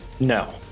No